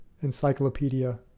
Encyclopedia